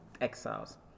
exiles